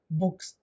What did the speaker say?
books